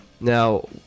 Now